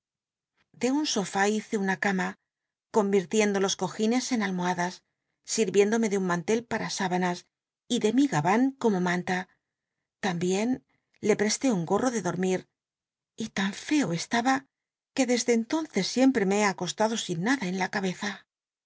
de un solii hice una cama convirtiend o los cogincs en almohadas sirviénd oa sü hanas y de mi gabán como manta lambicn le heslé un gorro de do an reo estaba que desde entonces sicm wo mi y l me he acostado sin nada en la cabeza